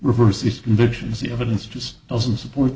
these convictions the evidence just doesn't support